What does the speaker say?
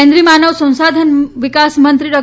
કેન્દ્રીય માનવસંસાધન વિકાસ મંત્રી ડો